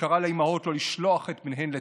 שקראה לאימהות לא לשלוח את בניהן לצה"ל.